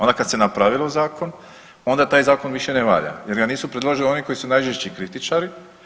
Onda kad se napravio zakon, onda taj zakon više ne valja jer ga nisu predložili oni koji su najžešći kritičari.